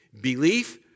belief